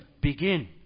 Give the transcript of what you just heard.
begin